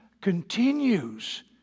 continues